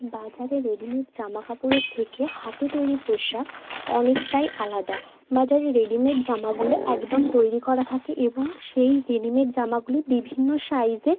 বাজারে রেডিমেড জামা কাপড়ের থেকে হাতে তৈরি পোশাক অনেকটাই আলাদা বাজারে রেডিমেড জামাগুলো একদম তৈরি করা থাকে এবং সেই রেডিমেড জামাগুলি বিভিন্ন সাইজে